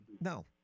No